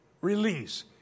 Release